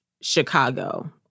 Chicago